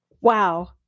Wow